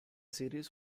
series